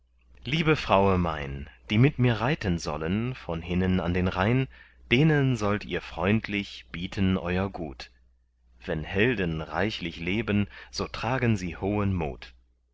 liebe fraue mein die mit mir reiten sollen von hinnen an den rhein denen sollt ihr freundlich bieten euer gut wenn helden reichlich leben so tragen sie hohen mut